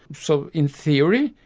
so in theory,